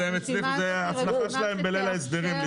זאת הסמכה שלהם בליל ההסדרים.